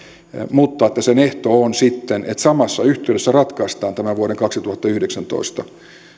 mutta että sen ehto on että samassa yhteydessä ratkaistaan tämä vuoden kaksituhattayhdeksäntoista